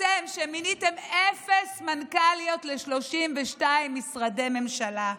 אתם, שמיניתם אפס מנכ"ליות ל-32 משרדי ממשלה,